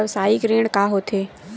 व्यवसायिक ऋण का होथे?